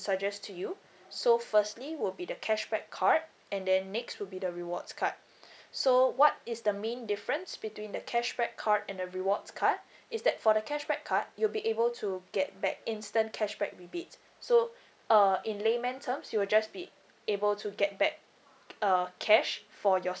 suggest to you so firstly would be the cashback card and then next would be the rewards card so what is the main difference between the cashback card and the rewards card is that for the cashback card you'll be able to get back instant cashback rebate so uh in layman terms you will just be able to get back uh cash for your